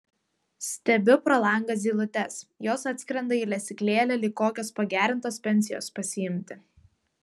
stebiu pro langą zylutes jos atskrenda į lesyklėlę lyg kokios pagerintos pensijos pasiimti